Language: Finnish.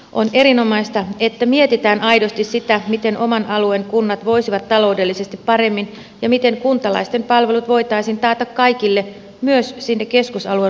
on erinomaista että mietitään aidosti sitä miten oman alueen kunnat voisivat taloudellisesti paremmin ja miten kuntalaisten palvelut voitaisiin taata kaikille myös sinne keskusalueen ulkopuolelle